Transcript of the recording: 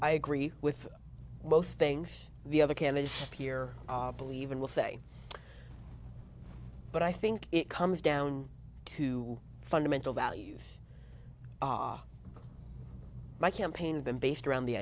i agree with both things the other candidates here believe in will say but i think it comes down to fundamental values my campaign them based around the